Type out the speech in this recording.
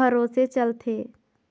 भरोसे चलथे